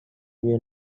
your